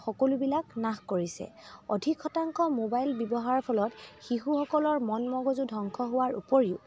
সকলোবিলাক নাশ কৰিছে অধিক শতাংশ মোবাইল ব্য়ৱহাৰৰ ফলত শিশুসকলৰ মন মগজু ধ্ৱংশ হোৱাৰ উপৰিও